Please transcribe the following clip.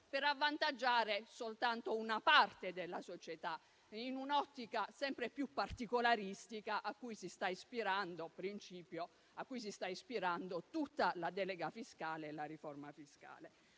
per avvantaggiare soltanto una parte della società? È un'ottica sempre più particolaristica ed è il principio a cui si sta ispirando tutta la delega per la riforma fiscale.